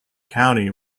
county